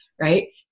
right